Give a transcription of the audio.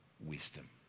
Wisdom